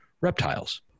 reptiles